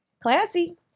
Classy